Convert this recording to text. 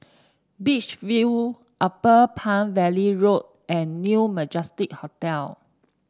Beach View Upper Palm Valley Road and New Majestic Hotel